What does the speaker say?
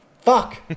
Fuck